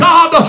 God